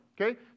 okay